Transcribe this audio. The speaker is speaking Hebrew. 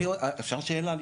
אוקי, אפשר שאלה לשאול?